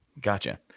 gotcha